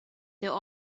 der